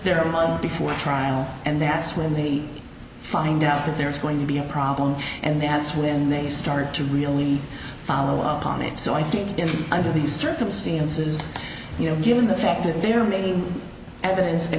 they're alone before trial and that's when they find out that there is going to be a problem and that's when they start to really follow up on it so i think under these circumstances you know given the fact that there may be evidence